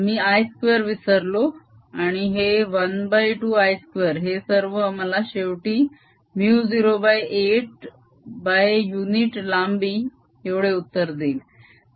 मी I2 विसरलो आणि हे ½ I2 हे सर्व मला शेवटी μ08युनिट लांबी एवढे उत्तर देईल